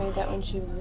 that when she